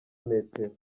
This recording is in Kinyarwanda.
metero